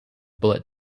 bullet